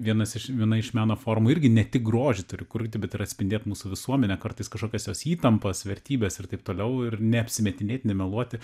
vienas iš viena iš meno formų irgi ne tik grožį turi kurti bet ir atspindėt mūsų visuomenę kartais kažkokias jos įtampas vertybes ir taip toliau ir neapsimetinėt nemeluoti